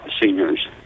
seniors